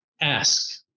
ask